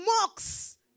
mocks